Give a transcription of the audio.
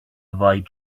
avoid